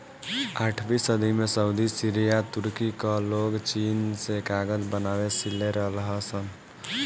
आठवीं सदी में सऊदी, सीरिया, तुर्की कअ लोग चीन से कागज बनावे सिले रहलन सन